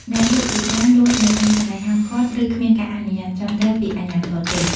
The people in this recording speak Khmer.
អ្នកលក់ជាច្រើនលក់នៅតាមកន្លែងហាមឃាត់ ឬ គ្មានការអនុញ្ញាតិត្រឹមត្រូវពីអាជ្ញាធរទេ។